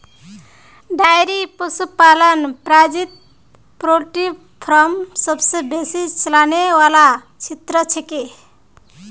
dairy पशुपालन प्रजातित poultry farm सबसे बेसी चलने वाला क्षेत्र छिके